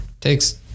takes